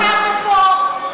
ישבנו פה,